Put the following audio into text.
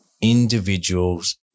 individual's